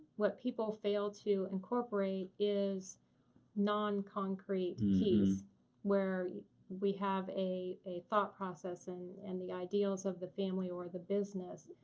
what people fail to incorporate is that non-concrete piece where we have a a thought process and and the ideals of the family or the business,